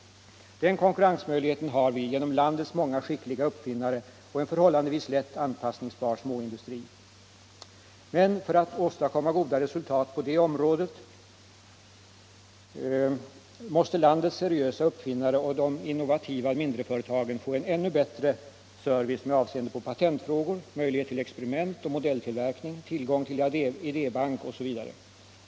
Den konkurrensmöjligheten har vi genom landets många skickliga uppfinnare och en förhållandevis lätt anpassningsbar småindustri. Men för att åstadkomma goda resultat på det området måste landets seriösa uppfinnare och de innovativa mindreföretagen få en ännu bättre service med avseende på patentfrågor, möjlighet till experiment och modelltillverkning, tillgång till idébank osv.